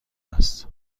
است